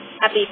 Happy